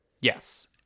Yes